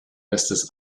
bestes